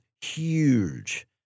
Huge